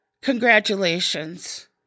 Congratulations